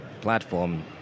platform